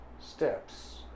steps